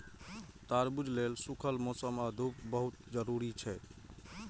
तरबूज लेल सूखल मौसम आ धूप बहुत जरूरी छै